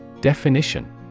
Definition